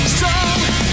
strong